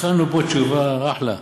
הכנו פה תשובה אחלה.